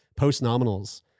postnominals